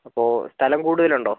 അപ്പോൾ സ്ഥലം കൂടുതൽ ഉണ്ടോ